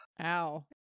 Ow